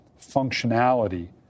functionality